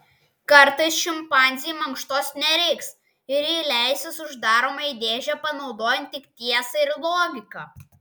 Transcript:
kartais šimpanzei mankštos nereiks ir ji leisis uždaroma į dėžę panaudojant tik tiesą ir logiką